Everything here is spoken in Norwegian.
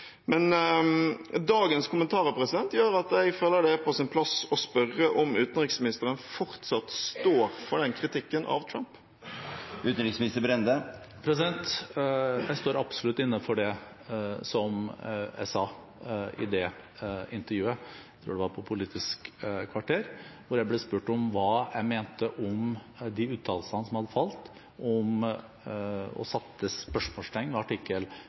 Men dagens kommentarer gjør at jeg føler det er på sin plass å spørre: Står utenriksministeren fortsatt for den kritikken av Trump? Jeg står absolutt inne for det jeg sa i det intervjuet. Det var i Politisk kvarter, hvor jeg ble spurt om hva jeg mente om de uttalelsene som hadde falt, og som satte spørsmålstegn ved artikkel